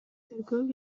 тергөө